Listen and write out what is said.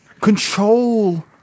control